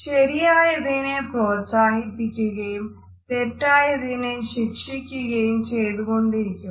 ശരിയായതിനെ പ്രോത്സാഹിപ്പിക്കുകയും തെറ്റായതിനെ ശിക്ഷിക്കുകയും ചെയ്തുകൊണ്ടിരിക്കുക